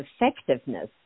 effectiveness